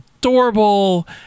adorable